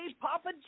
Papa